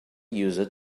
user